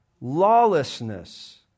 lawlessness